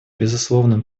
безусловным